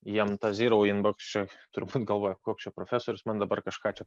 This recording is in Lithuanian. jam ta zyrau inboks čia turbūt galvoja koks profesorius man dabar kažką čia